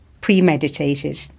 premeditated